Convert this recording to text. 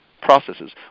Processes